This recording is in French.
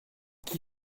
qui